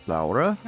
Laura